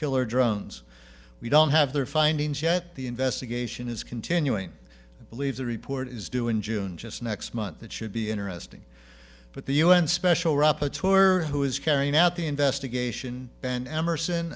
killer drones we don't have their findings yet the investigation is continuing and believe the report is due in june just next month that should be interesting but the un special rapporteur tour who is carrying out the investigation ben emmerson